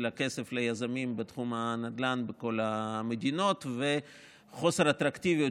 הכסף ליזמים בתחום הנדל"ן בכל המדינות וחוסר אטרקטיביות